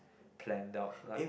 planned out